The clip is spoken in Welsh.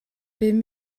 bum